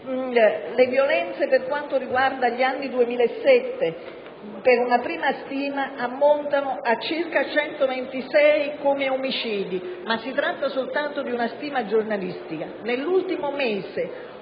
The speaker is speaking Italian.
Le violenze, per quanto riguarda l'anno 2007, da una prima stima, ammontano a circa 126 omicidi, ma si tratta soltanto di una stima giornalistica.